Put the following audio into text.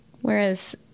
Whereas